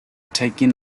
taken